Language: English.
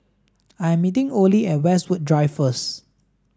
I am meeting Olie at Westwood Drive first